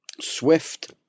Swift